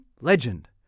legend